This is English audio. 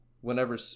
whenever